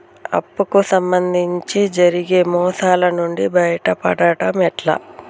అప్పు కు సంబంధించి జరిగే మోసాలు నుండి బయటపడడం ఎట్లా?